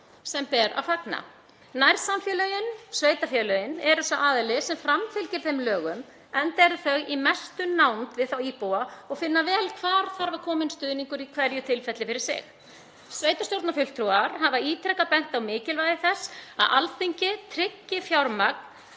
sem ber að fagna. Nærsamfélögin, sveitarfélögin eru sá aðili sem framfylgir þeim lögum enda eru þau í mestri nánd við þá íbúa og finna vel hvar stuðningur þarf að koma inn í hverju tilfelli fyrir sig. Sveitarstjórnarfulltrúar hafa ítrekað bent á mikilvægi þess að Alþingi tryggi fjármagn